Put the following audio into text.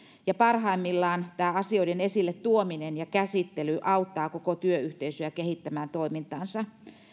ja parhaimmillaan tämä asioiden esille tuominen ja käsittely auttaa koko työyhteisöä kehittämään toimintaansa